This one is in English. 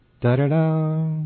da-da-da